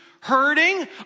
hurting